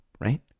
right